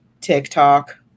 TikTok